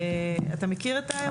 אתה מכיר את האירוע?